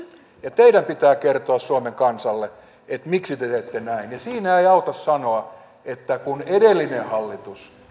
ja teidän pitää kertoa suomen kansalle miksi te teette näin siinä ei auta sanoa että kun edellinen hallitus